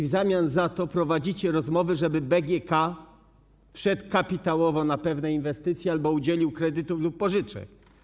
W zamian za to prowadzicie rozmowy, żeby BGK wszedł kapitałowo na pewne inwestycje albo udzielił kredytów lub pożyczek.